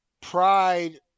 pride